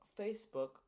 Facebook